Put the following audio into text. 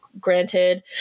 granted